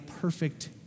perfect